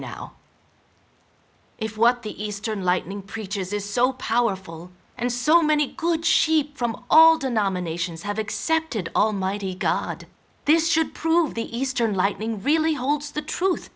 now if what the eastern lightning preaches is so powerful and so many good sheep from all denominations have accepted almighty god this should prove the eastern lightning really holds the truth